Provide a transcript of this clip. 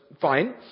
fine